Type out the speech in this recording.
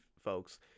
folks